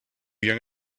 young